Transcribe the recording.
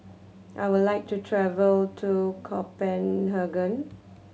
I would like to travel to Copenhagen